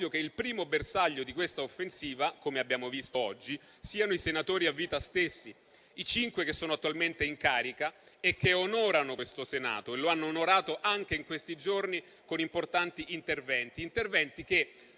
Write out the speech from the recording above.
che il primo bersaglio di questa offensiva - come abbiamo visto oggi - siano i senatori a vita stessi; i cinque che sono attualmente in carica, che onorano questo Senato e lo hanno onorato anche in questi giorni con importanti interventi; interventi che